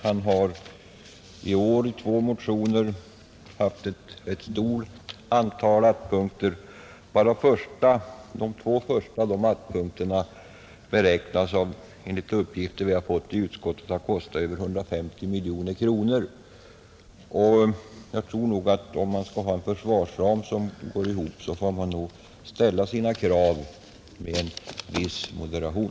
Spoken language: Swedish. Han har i år i två motioner tagit upp ett stort antal att-satser, varav de två första enligt uppgifter, som vi har fått i utskottet, beräknas dra en kostnad över 150 miljoner kronor. Om försvarets anslagsram skall kunna hållas, får man nog ställa sina krav med en viss moderation.